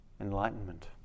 enlightenment